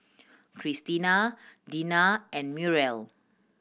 Cristina Deena and Muriel